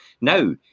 Now